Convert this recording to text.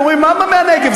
אומרים: למה בנגב?